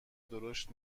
درشت